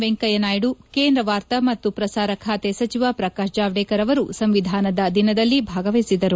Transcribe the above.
ವೆಂಕಯ್ಯ ನಾಯ್ದು ಕೇಂದ್ರ ವಾರ್ತಾ ಮತ್ತು ಪ್ರಸಾರ ಖಾತೆ ಸಚಿವ ಪ್ರಕಾಶ್ ಜಾವಡೇಕರ್ ಅವರು ಸಂವಿಧಾನದ ದಿನದಲ್ಲಿ ಭಾಗವಹಿಸಿದರು